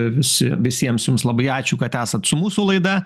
visi visiems jums labai ačiū kad esat su mūsų laida